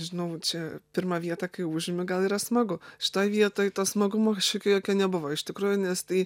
žinau čia pirmą vietą kai užimi gal yra smagu šitoj vietoj to smagumo kažkokio jokio nebuvo iš tikrųjų nes tai